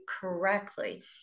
correctly